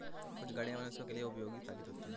कुछ गाड़ियां मनुष्यों के लिए उपयोगी साबित होती हैं